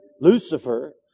Lucifer